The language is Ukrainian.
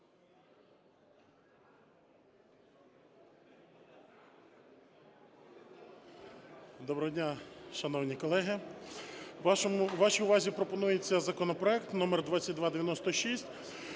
Доброго дня, шановні колеги, вашій увазі пропонується законопроект номер 2296,